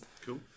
cool